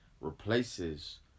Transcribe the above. replaces